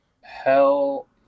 Hell